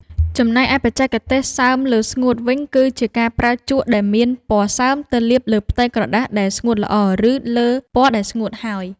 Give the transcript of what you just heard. ចំណែកឯបច្ចេកទេសសើមលើស្ងួតវិញគឺជាការប្រើជក់ដែលមានពណ៌សើមទៅលាបលើផ្ទៃក្រដាសដែលស្ងួតល្អ ឬ លើពណ៌ដែលស្ងួតហើយ។